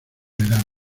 verano